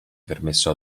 permesso